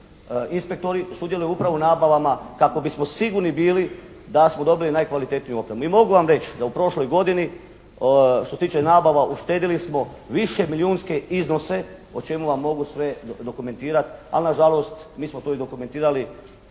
inspektori sudjeluju upravo u nabavama kako bismo sigurni bili da smo dobili najkvalitetniju opremu i mogu vam reći da u prošloj godini što se tiče nabava uštedili smo višemilijunske iznose o čemu vam mogu sve dokumentirati, ali na žalost mi smo to i dokumentirali,